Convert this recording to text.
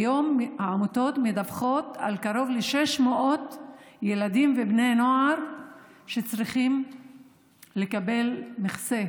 כיום העמותות מדווחות על קרוב ל-600 ילדים ובני נוער שצריכים לקבל מכסה